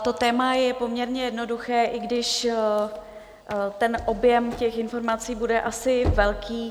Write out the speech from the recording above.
To téma je poměrně jednoduché, i když ten objem těch informací bude asi velký.